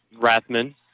Rathman